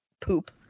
poop